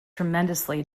tremendously